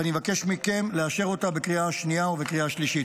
ואני מבקש מכם לאשר אותה בקריאה השנייה ובקריאה השלישית.